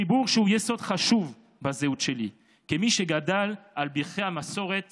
חיבור שהוא יסוד חשוב בזהות שלי כמי שגדל על ברכי המסורת